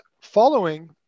following